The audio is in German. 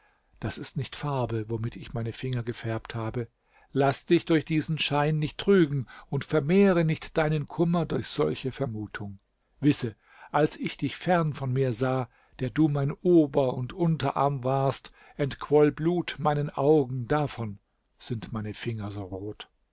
das ist nicht farbe womit ich meine finger gefärbt habe laß dich durch diesen schein nicht trügen und vermehre nicht deinen kummer durch solche vermutung wisse als ich dich ferne von mir sah der du mein ober und unterarm warst entquoll blut meinen augen davon sind meine finger so rot